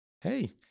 hey